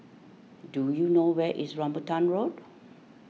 do you know where is Rambutan Road